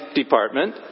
department